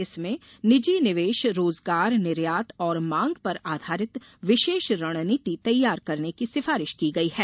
इसमें निजी निवेश रोजगार निर्यात और मांग पर आधारित विशेष रणनीति तैयार करने की सिफारिश की गई है